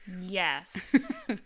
Yes